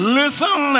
listen